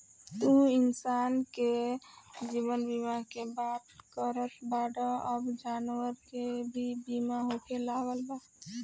तू इंसान के जीवन बीमा के बात करत बाड़ऽ अब जानवर के भी बीमा होखे लागल बा